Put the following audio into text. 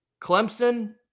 Clemson